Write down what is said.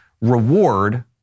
reward